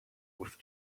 with